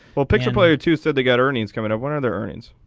we'll pick a player to said they got earnings coming up one of their earnings.